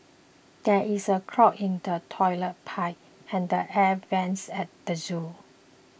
there is a clog in the Toilet Pipe and the Air Vents at the zoo